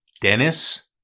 Dennis